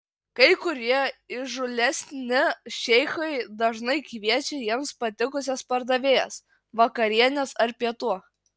kai kurie įžūlesni šeichai dažnai kviečia jiems patikusias pardavėjas vakarienės ar pietų